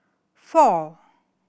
four